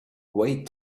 wait